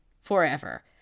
forever